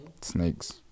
Snakes